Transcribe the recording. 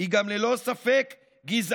היא גם ללא ספק גזענית,